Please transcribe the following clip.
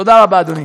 תודה רבה, אדוני.